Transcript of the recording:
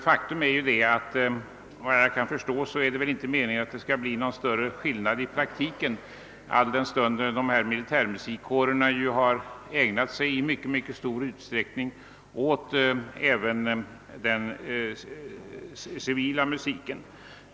Faktum är väl — vad jag kan förstå — att det inte skall bli någon större skillnad i praktiken alldenstund dessa militärmusikkårer i mycket stor utsträckning ägnat sig även åt den civila musiken.